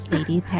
Lady